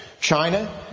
China